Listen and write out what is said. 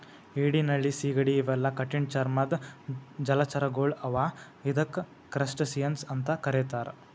ಏಡಿ ನಳ್ಳಿ ಸೀಗಡಿ ಇವೆಲ್ಲಾ ಕಠಿಣ್ ಚರ್ಮದ್ದ್ ಜಲಚರಗೊಳ್ ಅವಾ ಇವಕ್ಕ್ ಕ್ರಸ್ಟಸಿಯನ್ಸ್ ಅಂತಾ ಕರಿತಾರ್